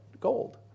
gold